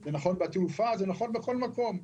זה נכון בתעופה, זה נכון בכל מקום.